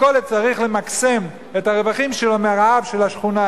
מכולת צריכה למקסם את הרווחים שלה מהרעב של השכונה,